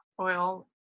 oil